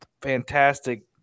fantastic